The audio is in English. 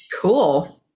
Cool